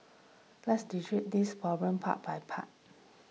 let's dissect this problem part by part